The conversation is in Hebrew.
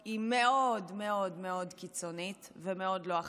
היא מאוד מאוד קיצונית ומאוד לא אחראית,